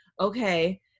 Okay